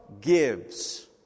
gives